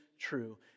true